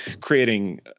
creating –